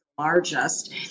Largest